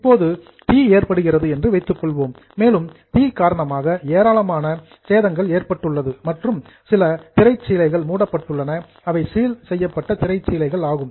இப்போது தீ ஏற்படுகிறது என்று வைத்துக் கொள்வோம் மேலும் தீ காரணமாக ஏராளமான டேமேஜஸ் சேதங்கள் ஏற்பட்டுள்ளது மற்றும் சில கர்டைன்ஸ் திரைச்சீலைகள் மூடப்பட்டுள்ளன அவை சீல் செய்யப்பட்ட திரைச்சீலைகள் ஆகும்